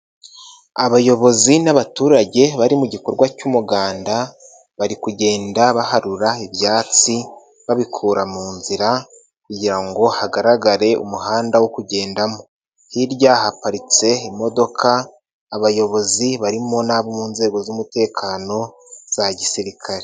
Abayobozi n'abaturage bari mu gikorwa cy'umuganda, bari kugenda baharura ibyatsi babikura mu nzira kugira ngo hagaragare umuhanda wo kugendamo .Hirya haparitse imodoka, abayobozi barimo n'abo mu nzego z'umutekano za gisirikare.